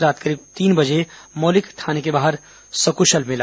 रात करीब तीन बजे मौलिक थाने के बाहर सकुशल मिला